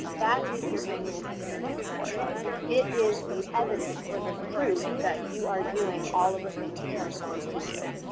that is your annual security report. it is the evidence, or the proof that you are doing all of the things that you're supposed to do.